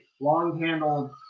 long-handled